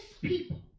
people